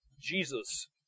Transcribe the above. Jesus